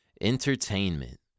entertainment